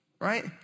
right